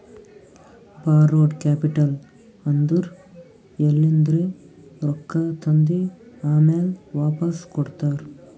ಬಾರೋಡ್ capital ಅಂದುರ್ ಎಲಿಂದ್ರೆ ರೊಕ್ಕಾ ತಂದಿ ಆಮ್ಯಾಲ್ ವಾಪಾಸ್ ಕೊಡ್ತಾರ